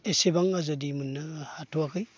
एसेबां आजादि मोननो हाथ'आखै